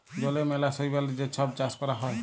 জলে ম্যালা শৈবালের যে ছব চাষ ক্যরা হ্যয়